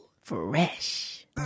Fresh